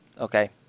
Okay